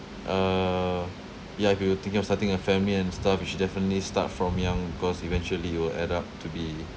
uh ya if you were thinking of starting a family and stuff you should definitely start from young because eventually it will add up to be